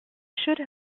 should